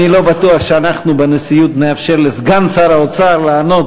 אני לא בטוח שאנחנו בנשיאות נאפשר לסגן שר האוצר לענות